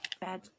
bad